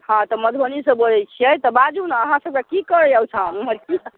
हाँ तऽ मधुबनीसँ बजै छियै तऽ बाजूने अहाँ सभके कि करैय ओहिठाम उमहर की